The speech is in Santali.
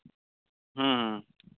ᱦᱮᱸ